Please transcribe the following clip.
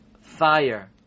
fire